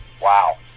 Wow